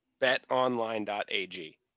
BetOnline.ag